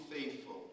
faithful